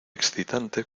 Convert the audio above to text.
excitante